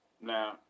Now